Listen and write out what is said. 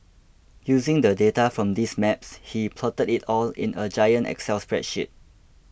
using the data from these maps he plotted it all in a giant excel spreadsheet